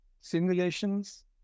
simulations